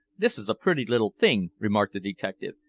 this is a pretty little thing! remarked the detective.